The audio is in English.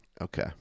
Okay